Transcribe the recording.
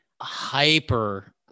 hyper